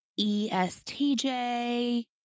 ESTJ